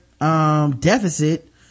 deficit